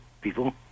people